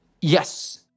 Yes